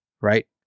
right